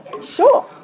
Sure